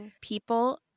People